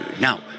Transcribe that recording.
now